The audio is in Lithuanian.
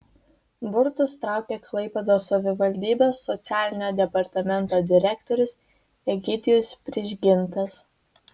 burtus traukė klaipėdos savivaldybės socialinio departamento direktorius egidijus prižgintas